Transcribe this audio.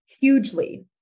Hugely